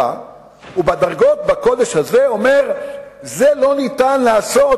ובדרגות בקודש האלה אומרים שאת זה לא ניתן לעשות,